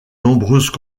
nombreuses